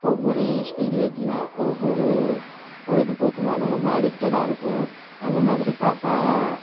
ஒவ்வொரு ஏஜ் பீரியடில் ஒவ்வொரு பொழுதுப்போக்கு மேல் ரொம்ப அடிக்டடாக இருப்போம் அந்த மாதிரி பார்த்தா